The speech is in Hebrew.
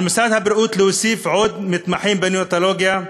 על משרד הבריאות להוסיף עוד מתמחים בנאונטולוגיה.